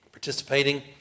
participating